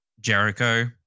Jericho